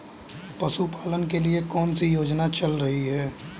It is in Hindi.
पशुपालन के लिए कौन सी योजना चल रही है?